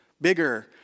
bigger